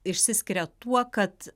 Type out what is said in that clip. išsiskiria tuo kad